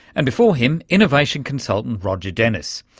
and before him, innovation consultant roger dennis.